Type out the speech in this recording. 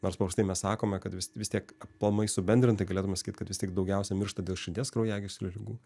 nors paprastai mes sakome kad vis tiek aplamai subendrintai galėtume sakyti kad vis tik daugiausia miršta dėl širdies kraujagyslių ligų